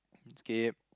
skip